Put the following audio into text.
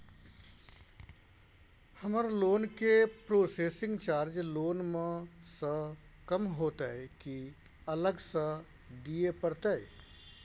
हमर लोन के processing charge loan म स कम होतै की अलग स दिए परतै?